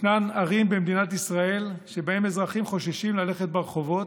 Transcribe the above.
ישנן ערים במדינת ישראל שבהן אזרחים חוששים ללכת ברחובות,